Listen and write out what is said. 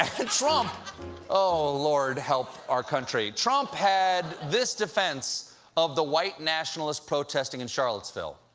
and trump oh, lord help our country. trump had this defense of the white nationalists protesting in charlottesville.